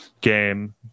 game